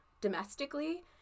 domestically